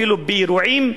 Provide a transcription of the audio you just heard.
אפילו באירועים טרגיים,